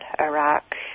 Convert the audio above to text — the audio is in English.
Iraq